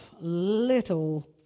little